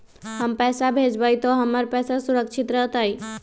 हम पैसा भेजबई तो हमर पैसा सुरक्षित रहतई?